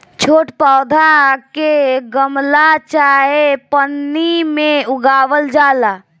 छोट पौधा के गमला चाहे पन्नी में उगावल जाला